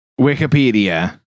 Wikipedia